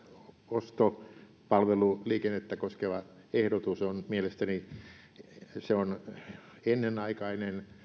ostopalveluliikennettä koskeva ehdotus on mielestäni ennenaikainen